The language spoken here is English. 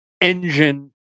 engine